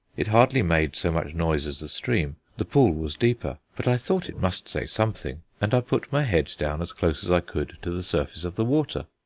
it hardly made so much noise as the stream the pool was deeper. but i thought it must say something, and i put my head down as close as i could to the surface of the water.